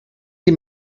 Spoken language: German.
die